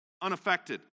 unaffected